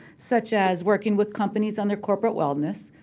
such as working with companies on their corporate wellness.